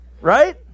Right